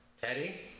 Teddy